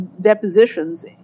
depositions